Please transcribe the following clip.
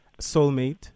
soulmate